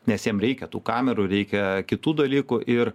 nes jam reikia tų kamerų reikia kitų dalykų ir